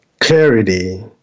clarity